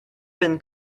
been